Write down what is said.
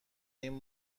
این